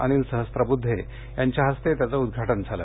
अनिल सहस्त्रबुद्धे यांच्या हस्ते त्याचं उद्घाटन झालं